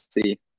see